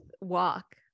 walk